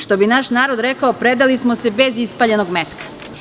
Što bi naš narod rekao, predali smo se bez ispaljenog metka.